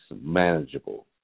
manageable